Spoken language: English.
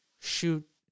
shoot